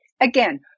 Again